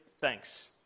thanks